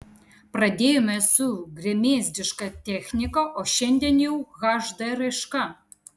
pradėjome su gremėzdiška technika o šiandien jau hd raiška